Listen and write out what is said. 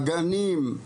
הגנים,